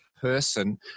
person